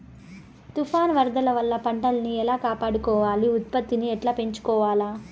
తుఫాను, వరదల వల్ల పంటలని ఎలా కాపాడుకోవాలి, ఉత్పత్తిని ఎట్లా పెంచుకోవాల?